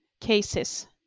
cases